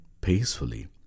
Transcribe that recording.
peacefully